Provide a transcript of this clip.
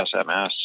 SMS